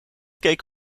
keek